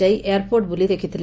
ଯାଇ ଏୟାର୍ପୋର୍ଟ ବୁଲି ଦେଖିଥିଲେ